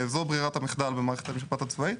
זו ברירת המחדל במערכת המשפט הצבאית,